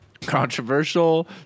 Controversial